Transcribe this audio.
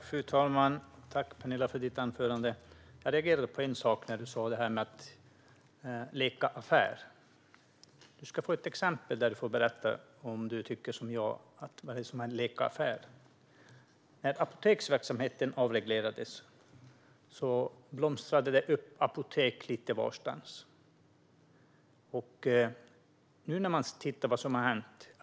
Fru talman! Tack, Penilla, för ditt anförande! Jag reagerade när du talade om att leka affär. Du ska få ett exempel där du får berätta om du tycker, som jag, att det är som att leka affär. När apoteksverksamheten avreglerades dök det upp apotek lite varstans. Man kan titta på vad som har hänt.